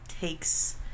takes